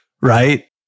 right